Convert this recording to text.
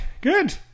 Good